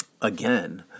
again